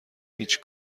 هیچ